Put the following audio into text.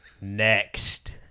Next